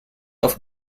auf